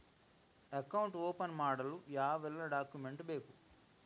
Account open ಮಾಡಲು ಯಾವೆಲ್ಲ document ಬೇಕು?